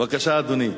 בבקשה, אדוני.